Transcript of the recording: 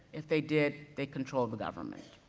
if they did, they'd control the government.